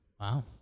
Wow